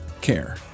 care